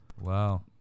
Wow